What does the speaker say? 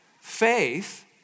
faith